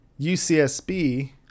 UCSB